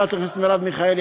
חברת הכנסת מרב מיכאלי,